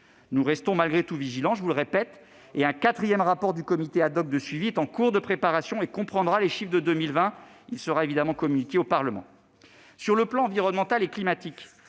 Nous restons malgré tout vigilants : un quatrième rapport du comité de suivi est en cours de préparation et comprendra les chiffres de 2020. Il sera bien évidemment communiqué au Parlement. Sur le plan environnemental et climatique,